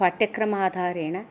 पाठ्यक्रमाधारेण